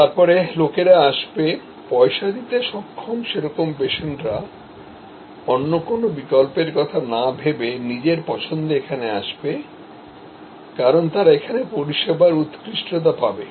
তারপরে লোকেরাআসবে পয়সা দিতে সক্ষম সেরকম পেশেন্টরা অন্য কোন বিকল্পের কথা না ভেবেনিজের পছন্দে এখানে আসবে কারণ তারা এখানে বৃহত্তর পরিষেবাপাবে